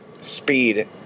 speed